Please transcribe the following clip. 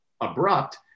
abrupt